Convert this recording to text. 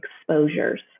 exposures